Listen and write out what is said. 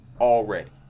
already